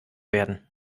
werden